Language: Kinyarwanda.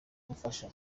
gufasha